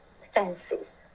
senses